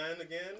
again